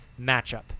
matchup